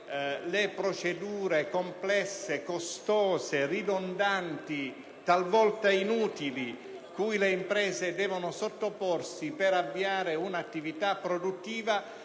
le procedure complesse, costose, ridondanti e talvolta inutili cui le imprese devono sottoporsi per avviare un'attività produttiva,